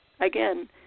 again